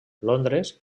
londres